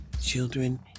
children